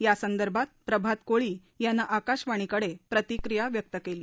यासंदर्भात प्रभात कोळी याने आकाशवाणीकडे प्रतिक्रिया व्यक्त केली